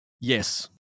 yes